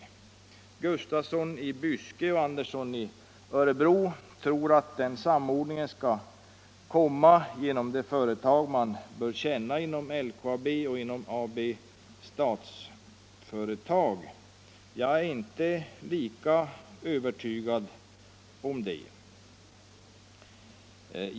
Herrar Gustafsson i Byske och Andersson i Örebro tror att den samordningen kommer till stånd genom initiativ inom LKAB och Statsföretag AB.Jag är inte lika övertygad om det.